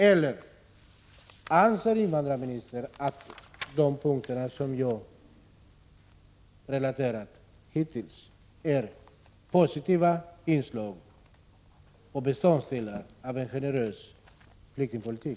Eller anser invandrarministern att de punkter som jag relaterat är positiva inslag och beståndsdelar i en generös flyktingpolitik?